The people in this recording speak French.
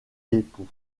époux